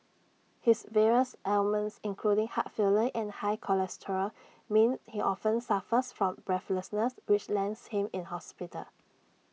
his various ailments including heart failure and high cholesterol mean he often suffers from breathlessness which lands him in hospital